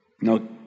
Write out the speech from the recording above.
now